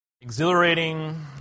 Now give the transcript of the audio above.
exhilarating